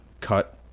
cut